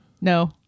No